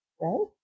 Right